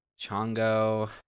Chongo